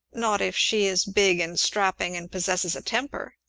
not if she is big and strapping, and possesses a temper.